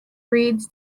reeds